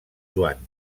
joan